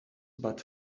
but